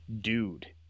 dude